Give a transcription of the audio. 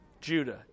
Judah